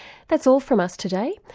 that's all from us today,